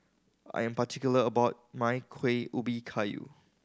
I am particular about my Kueh Ubi Kayu